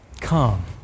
come